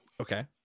Okay